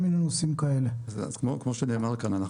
כמו שנאמר כאן,